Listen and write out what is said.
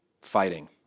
fighting